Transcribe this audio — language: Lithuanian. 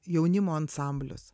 jaunimo ansamblis